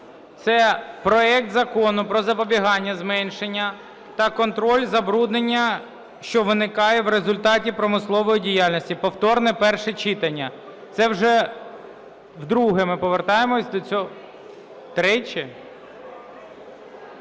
це проект Закону про запобігання, зменшення та контроль забруднення, що виникає в результаті промислової діяльності (повторне перше читання). Це вже вдруге ми повертаємося до цього… тричі?